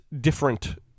different